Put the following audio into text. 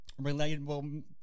relatable